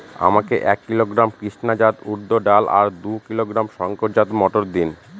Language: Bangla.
আমাকে এক কিলোগ্রাম কৃষ্ণা জাত উর্দ ডাল আর দু কিলোগ্রাম শঙ্কর জাত মোটর দিন?